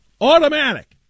Automatic